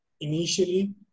initially